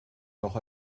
noch